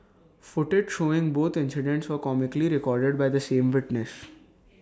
footage showing both incidents were comically recorded by the same witness